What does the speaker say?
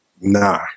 Nah